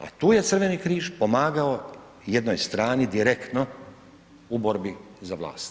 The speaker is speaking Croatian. A tu je Crveni križ pomagao jednoj strani direktno u borbi za vlast.